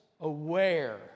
aware